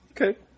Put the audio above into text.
Okay